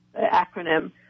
acronym